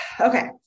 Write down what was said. Okay